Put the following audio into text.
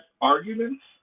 arguments